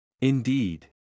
Indeed